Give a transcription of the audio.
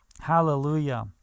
Hallelujah